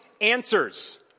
answers